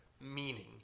Meaning